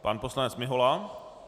Pan poslanec Mihola.